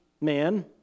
man